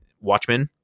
Watchmen